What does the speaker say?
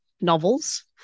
novels